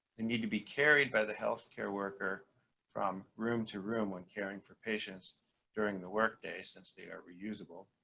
they need to be carried by the healthcare worker from room to room when caring for patients during the work day since they are reusable.